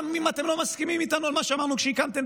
גם אם אתם לא מסכימים איתנו על מה שאמרנו כשהקמתם